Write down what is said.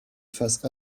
face